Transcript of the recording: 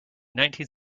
nineteen